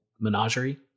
menagerie